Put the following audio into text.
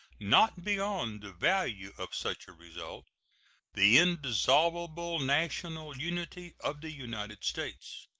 not beyond the value of such a result the indissoluble national unity of the united states.